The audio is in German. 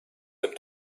dem